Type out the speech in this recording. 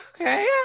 Okay